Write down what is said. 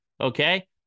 Okay